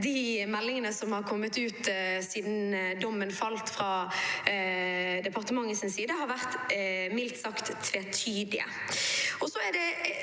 de meldingene som er kommet ut siden dommen falt fra departementets side, har vært mildt sagt tvetydige.